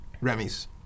Remy's